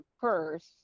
first